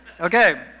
Okay